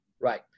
Right